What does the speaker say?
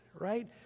right